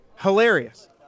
Hilarious